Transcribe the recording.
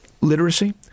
literacy